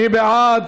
מי בעד?